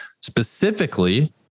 Specifically